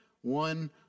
one